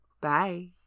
Bye